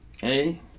Hey